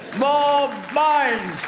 more mind,